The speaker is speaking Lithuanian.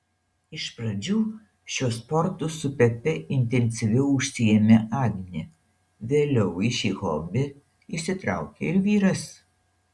iš pradžių šiuo sportu su pepe intensyviau užsiėmė agnė vėliau į šį hobį įsitraukė ir vyras